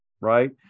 right